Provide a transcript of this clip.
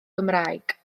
gymraeg